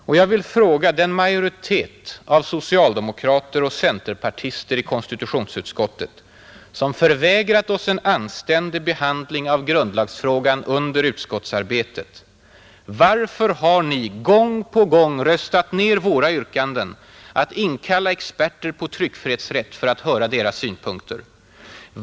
Och jag vill fråga den majoritet av socialdemokrater och centerpartister i konstitutionsutskottet, som förvägrat oss en anständig behandling av grundlagsfrågan under utskottsarbetet: Varför har ni gång på gång röstat ner våra yrkanden att inkalla experter på tryckfrihetsrätt för att höra deras synpunkter?